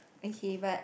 okay but